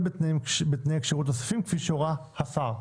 בתנאי כשירות נוספים כפי שהורה השר.